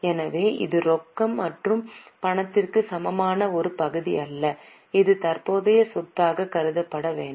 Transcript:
எனவே இது ரொக்கம் மற்றும் பணத்திற்கு சமமான ஒரு பகுதி அல்ல இது தற்போதைய சொத்தாக கருதப்பட வேண்டும்